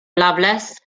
loveless